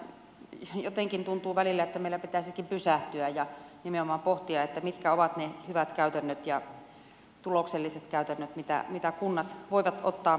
jotenkin tuntuu välillä että meillä pitäisikin pysähtyä ja nimenomaan pohtia mitkä ovat ne hyvät käytännöt ja tulokselliset käytännöt mitä kunnat voivat ottaa käyttöön